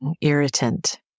irritant